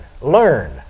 learn